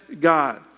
God